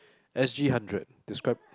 S_G hundred describe